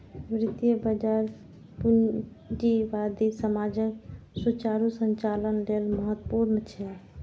वित्तीय बाजार पूंजीवादी समाजक सुचारू संचालन लेल महत्वपूर्ण छै